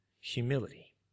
humility